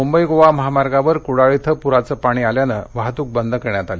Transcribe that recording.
मुंबई गोवा महामार्गावर कुडाळ इथं प्राचं पाणी आल्यामुळं वाहतूक बंद करण्यात आली